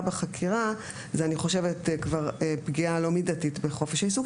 בחקירה היא פגיעה לא מידתית בחופש העיסוק,